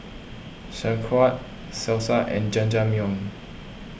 Sauerkraut Salsa and Jajangmyeon